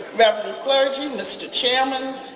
the clergy, mr. chairman,